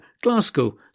Glasgow